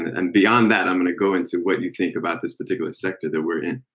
and beyond that, i'm going to go into what you think about this particular sector that we're in.